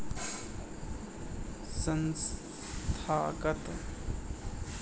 संस्थागत उद्यमिता मे लोगो के समूह कोनो संस्था के बड़का पैमाना पे बदलै लेली काम करै छै